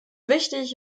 wichtig